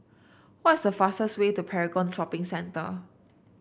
what's the fastest way to Paragon Shopping Centre